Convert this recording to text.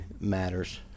matters